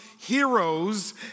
Heroes